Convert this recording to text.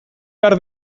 behar